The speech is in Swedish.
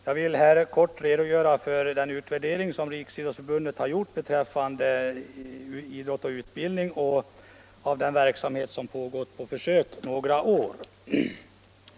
Jag vill här kort redogöra för den utvärdering, Elitidrott-Utbildning, som Riksidrottsförbundet har gjort av den verksamhet som pågått på försök några år.